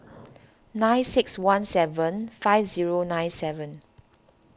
nine six one seven five zero nine seven